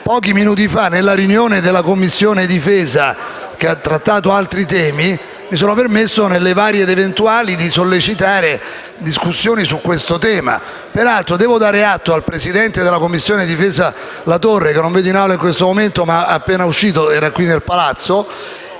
pochi minuti fa, nella riunione della Commissione difesa, che ha trattato altri temi, mi sono permesso, nelle varie ed eventuali, di sollecitare una discussione su questo tema. Devo dare atto al presidente della Commissione difesa Latorre, che non vedo in Assemblea in questo momento ma era qui nel palazzo,